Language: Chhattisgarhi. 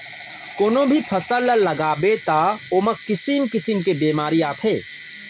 कोनो भी फसल ल लगाबे त ओमा किसम किसम के बेमारी आथे